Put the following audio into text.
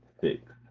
six